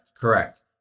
Correct